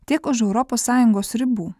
tiek už europos sąjungos ribų